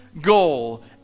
goal